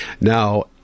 Now